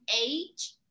age